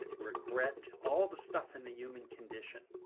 regret, all the stuff in the human condition,